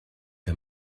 der